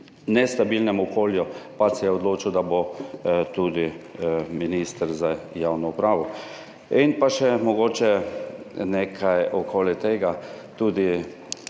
nestabilnem okolju pač se je odločil, da bo tudi minister za javno upravo. In pa še mogoče nekaj okoli tega, tudi